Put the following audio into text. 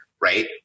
right